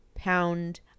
pound